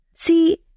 See